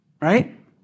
Right